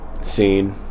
Scene